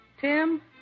Tim